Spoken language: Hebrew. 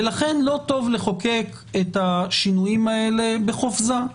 לכן לא טוב לחוקק את השינויים האלה בחופזה.